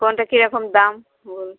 কোনটা কীরকম দাম বলুন